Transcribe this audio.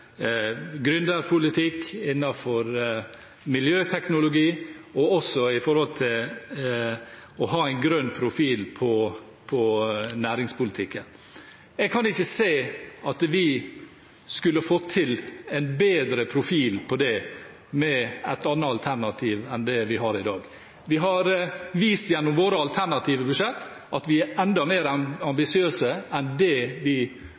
gründerpolitikk, innenfor miljøteknologi og også når det gjelder å ha en grønn profil på næringspolitikken. Jeg kan ikke se at vi hadde fått til en bedre profil på det med et annet alternativ enn det vi har i dag. Vi har vist gjennom våre alternative budsjetter at vi er enda mer ambisiøse enn det vi